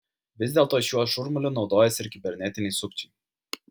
vis dėlto šiuo šurmuliu naudojasi ir kibernetiniai sukčiai